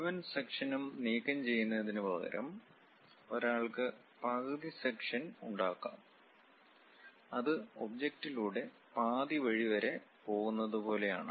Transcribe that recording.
മുഴുവൻ സെക്ഷനും നീക്കംചെയ്യുന്നതിനുപകരം ഒരാൾക്ക് പകുതി സെക്ഷൻ ഉണ്ടാക്കാം അത് ഒബ്ജക്റ്റിലൂടെ പാതിവഴി വരെ പോകുന്നതു പോലെയാണ്